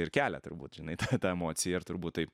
ir kelia turbūt žinai tą tą emociją ir turbūt taip